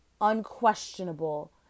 unquestionable